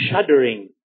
shuddering